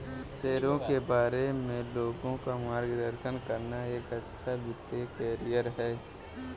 शेयरों के बारे में लोगों का मार्गदर्शन करना एक अच्छा वित्तीय करियर है